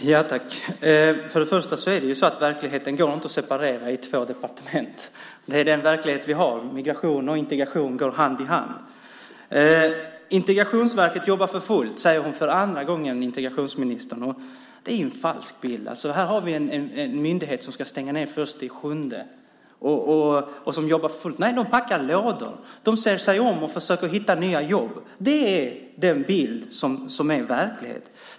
Fru talman! För det första går inte verkligheten att separera på två departement. Det är den verklighet vi har. Migration och integration går hand i hand. Integrationsministern säger för andra gången att Integrationsverket jobbar för fullt. Det är en falsk bild. Här har vi en myndighet som ska stänga den 1 juli och som jobbar för fullt. Nej, de packar lådor. De ser sig om och försöker hitta nya jobb. Det är den bild som är verklighet.